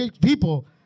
people